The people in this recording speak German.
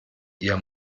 ihr